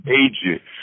agent